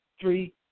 three